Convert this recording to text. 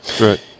Right